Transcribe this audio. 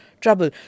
trouble